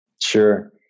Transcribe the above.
Sure